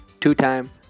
two-time